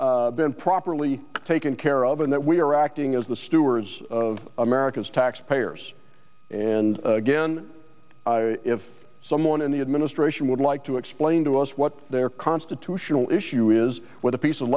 been properly taken care of and that we are acting as the stewards of america's taxpayers and again if someone in the administration would like to explain to us what their constitutional issue is with a piece of